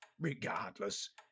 regardless